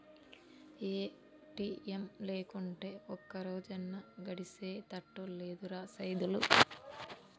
ATM లేకుంటే ఒక్కరోజన్నా గడిసెతట్టు లేదురా సైదులు